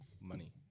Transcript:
Money